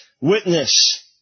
witness